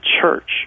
Church